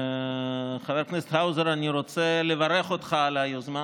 חבר הכנסת האוזר, אני רוצה לברך אותך על היוזמה.